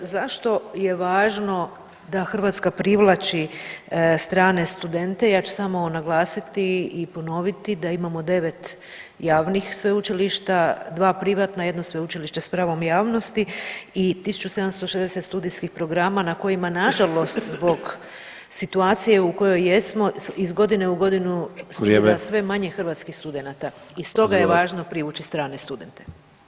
Zašto je važno da Hrvatska privlači strane studente, ja ću samo naglasiti i ponoviti da imamo 9 javnih sveučilišta, 2 privatna i 1 sveučilište s pravom javnosti i 1760 studijskih programa na kojima nažalost zbog situacije u kojoj jesmo iz godine u godinu [[Upadica: Vrijeme.]] ima sve manje hrvatskih studenata [[Upadica: Odgovor.]] i stoga je važno privući strane studente.